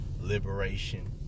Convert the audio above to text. liberation